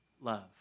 love